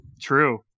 True